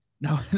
No